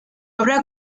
obra